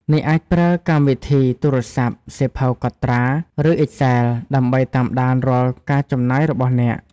អ្នកអាចប្រើកម្មវិធីទូរស័ព្ទ សៀវភៅកត់ត្រា ឬ Excel ដើម្បីតាមដានរាល់ការចំណាយរបស់អ្នក។